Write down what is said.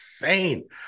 insane